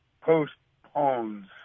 postpones